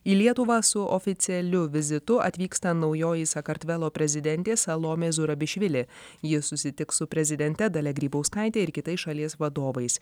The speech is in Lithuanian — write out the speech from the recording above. į lietuvą su oficialiu vizitu atvyksta naujoji sakartvelo prezidentė salomė zurabišvili ji susitiks su prezidente dalia grybauskaite ir kitais šalies vadovais